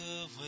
away